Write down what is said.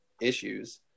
issues